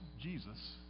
Jesus